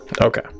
Okay